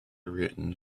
written